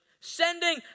Sending